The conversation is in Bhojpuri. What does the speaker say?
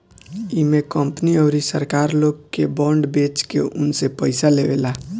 इमे कंपनी अउरी सरकार लोग के बांड बेच के उनसे पईसा लेवेला